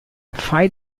fai